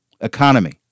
economy